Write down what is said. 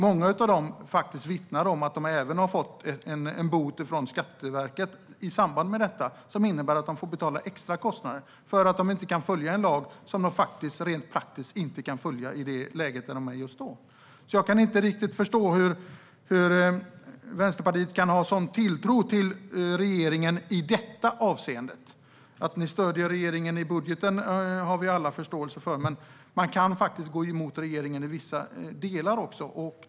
Många av dessa personer vittnar om att de har fått en bot från Skatteverket i samband med detta, vilket innebär att de får extra kostnader för att inte ha följt en lag som de rent praktiskt inte kan följa i det läge där de befinner sig. Jag kan alltså inte riktigt förstå hur Vänsterpartiet kan ha en sådan tilltro till regeringen i detta avseende. Att ni stöder regeringen i budgeten har vi alla förståelse för, men man kan faktiskt gå emot regeringen i vissa delar.